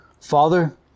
father